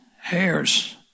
hairs